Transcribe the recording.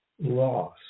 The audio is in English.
loss